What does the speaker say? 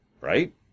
right